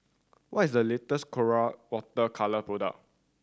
what is the latest Colora Water Colour product